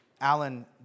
Alan